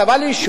אתה בא ליישוב,